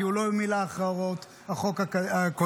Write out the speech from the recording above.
כי הוא לא מילא אחר הוראות החוק הקודם.